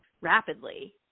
rapidly